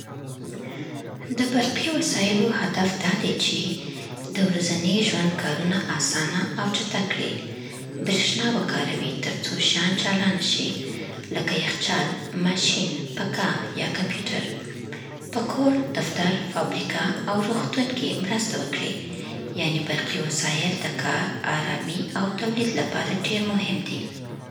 د برقي وسایلو هدف دا دی چې: د ورځني ژوند کارونه اسانه او چټک کړي. برېښنا وکاروي ترڅو شیان چالان شي، لکه یخچال، ماشین، پکه یا کمپیوټر. په کور، دفتر، فابریکه او روغتون کې مرسته وکړي. یعنې، برقي وسایل د کار، آرامۍ او تولید لپاره ډېر مهم دي.